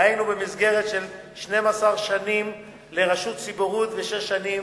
דהיינו, מסגרת של 12 שנים לרשות ציבורית ושש שנים